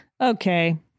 Okay